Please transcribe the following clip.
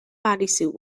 bodysuit